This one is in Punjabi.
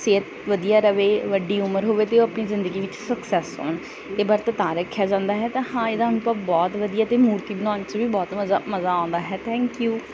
ਸਿਹਤ ਵਧੀਆ ਰਹੇ ਵੱਡੀ ਉਮਰ ਹੋਵੇ ਅਤੇ ਉਹ ਆਪਣੀ ਜ਼ਿੰਦਗੀ ਵਿੱਚ ਸਕਸੈਸ ਹੋਣ ਇਹ ਵਰਤ ਤਾਂ ਰੱਖਿਆ ਜਾਂਦਾ ਹੈ ਤਾਂ ਹਾਂ ਇਹਦਾ ਅਨੁਭਵ ਬਹੁਤ ਵਧੀਆ ਅਤੇ ਮੂਰਤੀ ਬਣਾਉਣ 'ਚ ਵੀ ਬਹੁਤ ਮਜ਼ਾ ਮਜ਼ਾ ਆਉਂਦਾ ਹੈ ਥੈਂਕ ਯੂ